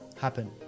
happen